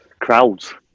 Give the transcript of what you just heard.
crowds